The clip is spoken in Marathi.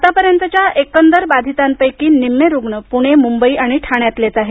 आतापर्यंतच्या एकंदर बाधितांपैकीही निम्मे पूणे मुंबई ठाण्यातलेच आहेत